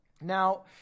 Now